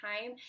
time